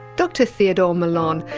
dr theodore millon,